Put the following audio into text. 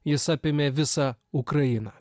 jis apėmė visą ukrainą